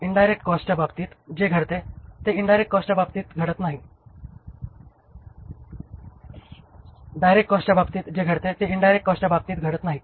direct कॉस्टच्या बाबतीत जे घडते ते इन्डायरेक्ट कॉस्टच्या बाबतीत घडत नाही